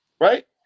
right